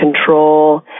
control